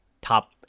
top